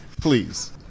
Please